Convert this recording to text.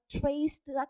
traced